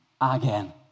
again